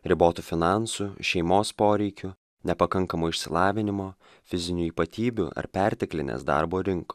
ribotų finansų šeimos poreikių nepakankamo išsilavinimo fizinių ypatybių ar perteklinės darbo rink